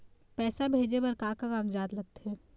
पैसा भेजे बार का का कागजात लगथे?